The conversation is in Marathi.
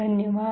धन्यवाद